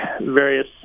various